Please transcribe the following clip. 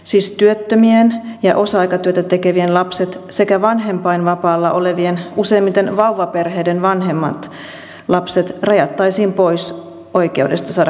siis työttömien ja osa aikatyötä tekevien lapset sekä vanhempainvapaalla olevien useimmiten vauvaperheiden vanhemmat lapset rajattaisiin pois oikeudesta saada kokopäivähoitoa